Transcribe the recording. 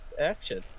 action